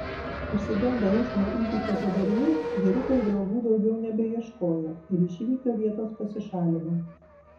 išsigandę eismo įvykio padarinių vyrukai draugų daugiau nebeieškojo ir iš įvykio vietos pasišalino